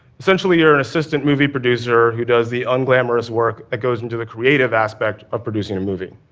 essentially, you're an assistant movie producer who does the unglamorous work that goes into the creative aspect of producing a movie.